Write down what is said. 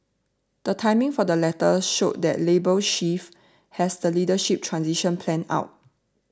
the timing for the letters showed that Labour Chief has the leadership transition planned out